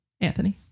Anthony